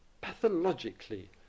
pathologically